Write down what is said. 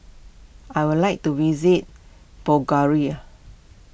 I would like to visit